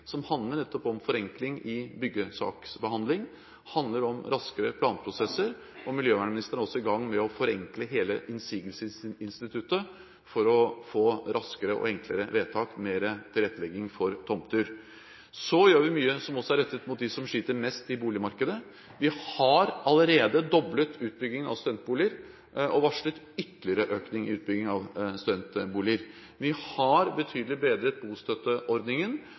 som handler nettopp om forenkling i byggesaksbehandling, den handler om raskere planprosesser. Miljøvernministeren er også i gang med å forenkle hele innsigelsesinstituttet for å få raskere og enklere vedtak, mer tilrettelegging for tomter. Så gjør vi også mye som er rettet mot dem som sliter mest i boligmarkedet. Vi har allerede doblet utbyggingen av studentboliger og varslet ytterligere økning i utbygging av studentboliger. Vi har bedret bostøtteordningen